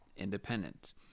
independent